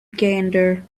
gander